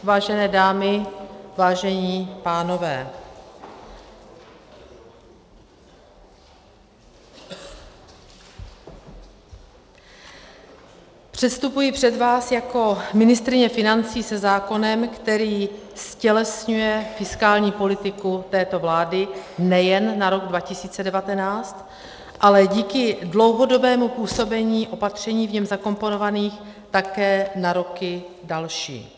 Vážené dámy, vážení pánové , předstupuji před vás jako ministryně financí se zákonem, který ztělesňuje fiskální politiku této vlády nejen na rok 2019, ale díky dlouhodobému působení opatření v něm zakomponovaných také na roky další.